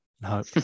No